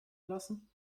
lassen